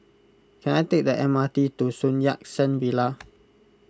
can I take the M R T to Sun Yat Sen Villa